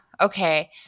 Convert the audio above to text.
Okay